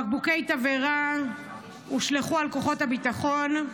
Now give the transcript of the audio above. בקבוקי תבערה הושלכו על כוחות הביטחון.